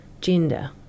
gender